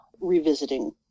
revisiting